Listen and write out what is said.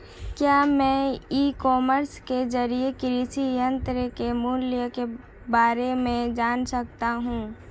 क्या मैं e commerce के ज़रिए कृषि यंत्र के मूल्य में बारे में जान सकता हूँ?